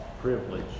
privilege